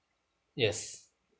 yes